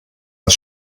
das